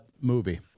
movie